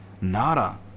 nada